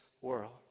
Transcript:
world